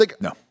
No